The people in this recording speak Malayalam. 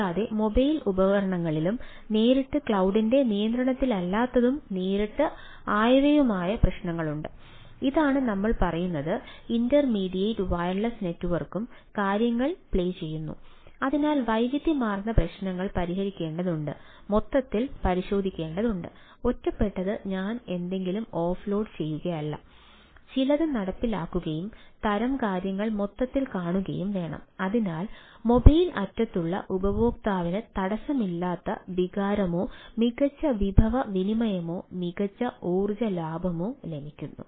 കൂടാതെ മൊബൈൽ അറ്റത്തുള്ള ഉപയോക്താവിന് തടസ്സമില്ലാത്ത വികാരമോ മികച്ച വിഭവ വിനിയോഗമോ മികച്ച ഊർജ്ജ ലാഭമോ ലഭിക്കുന്നു